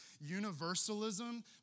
Universalism